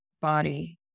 body